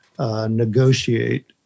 Negotiate